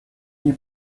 nie